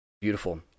Beautiful